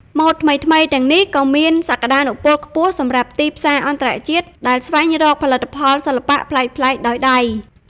ម៉ូដថ្មីៗទាំងនេះក៏មានសក្តានុពលខ្ពស់សម្រាប់ ទីផ្សារអន្តរជាតិ ដែលស្វែងរកផលិតផលសិល្បៈប្លែកៗដោយដៃ។